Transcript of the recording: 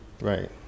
right